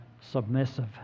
submissive